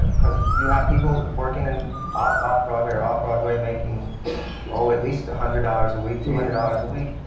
because you have people working in off-off-broadway or off-broadway, making oh, at least a hundred dollars a week, two hundred dollars a week.